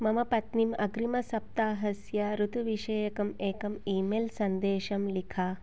मम पत्नीम् अग्रिमसप्ताहस्य ऋतुविषयकम् एकम् ई मेल् सन्देशं लिख